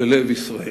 בלב ישראל.